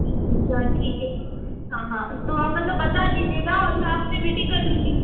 अच्छा अच्छा ठीक है हाँ हाँ तो आप मतलब बता दीजिएगा और मैं आपसे मीटिंग कर लूँगी